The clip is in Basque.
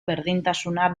berdintasuna